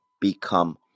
become